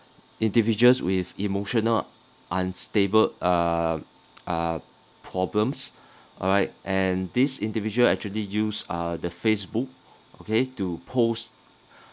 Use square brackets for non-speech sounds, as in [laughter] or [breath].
individuals with emotional unstable uh uh problems [breath] alright and this individual actually use uh the facebook okay to post [breath]